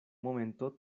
momento